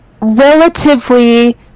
relatively